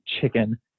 chicken